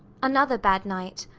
another bad night.